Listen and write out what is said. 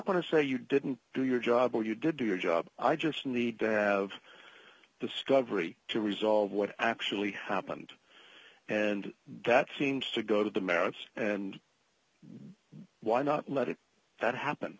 going to say you didn't do your job or you did do your job i just need to have the stubbly to resolve what actually happened and that seems to go to the merits and why not let it that happen